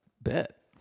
bet